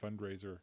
fundraiser